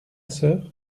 sœur